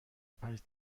پنج